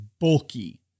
bulky